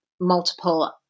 multiple